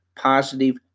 positive